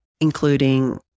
including